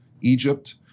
Egypt